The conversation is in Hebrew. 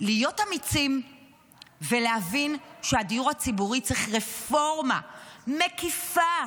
להיות אמיצים ולהבין שהדיור הציבורי צריך רפורמה מקיפה,